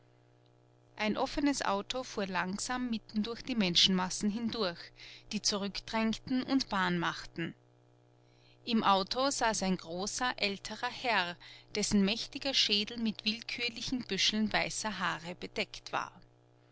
ein offenes auto fuhr langsam mitten durch die menschenmassen hindurch die zurückdrängten und bahn machten im auto saß ein großer älterer herr dessen mächtiger schädel mit willkürlichen büscheln weißer haare bedeckt war